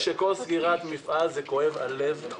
סגירת מפעל כואב הלב.